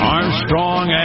Armstrong